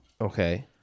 Okay